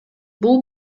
бул